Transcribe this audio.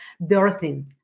birthing